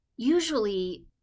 Usually